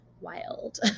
wild